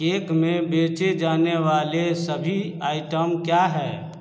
cake में बेचे जाने वाले सभी आइटम क्या है